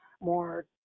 more